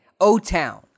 O-Town